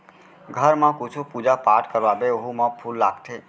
घर म कुछु पूजा पाठ करवाबे ओहू म फूल लागथे